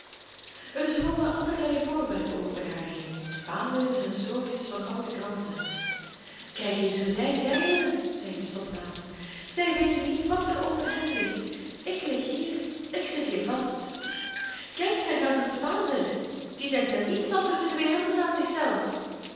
er zwommen allerlei voorwerpen over haar heen spaanders en strookjes van oude kranten kijk eens hoe zij zeilen zei de stopnaald zij weten niet wat er onder hen ligt ik lig hier ik zit hier vast kijk daar gaat een spaander die denkt aan niets anders in de wereld dan aan